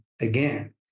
again